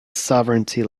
sovereignty